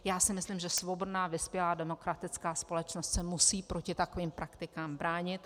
Já si myslím, že svobodná vyspělá demokratická společnost se musí proti takovým praktikám bránit.